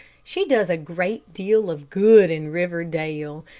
she does a great deal of good in riverdale,